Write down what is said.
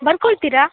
ಬರ್ಕೊಳ್ತೀರಾ